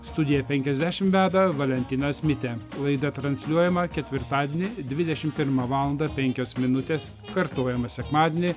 studija penkiasdešimt veda valentinas mitė laida transliuojama ketvirtadienį dvidešimt pirmą valandą penkios minutės kartojama sekmadienį